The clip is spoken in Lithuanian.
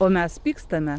o mes pykstame